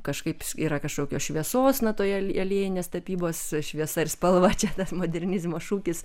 kažkaip yra kažkokios šviesos na toje aliejinės tapybos šviesa ir spalva čia tas modernizmo šūkis